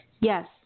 Yes